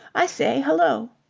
i say. hullo.